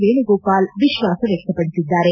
ವೇಣುಗೋಪಾಲ್ ವಿಶ್ವಾಸ ವ್ಯಕ್ತಪಡಿಸಿದ್ದಾರೆ